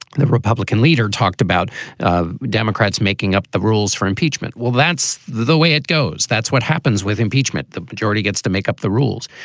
the republican leader, talked about democrats making up the rules for impeachment. well, that's the the way it goes. that's what happens with impeachment. the majority gets to make up the rules.